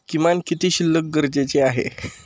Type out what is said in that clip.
किमान किती शिल्लक गरजेची आहे?